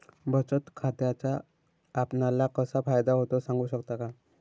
बचत खात्याचा आपणाला कसा फायदा होतो? सांगू शकता का?